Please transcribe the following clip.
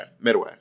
Midway